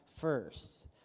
first